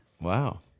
Wow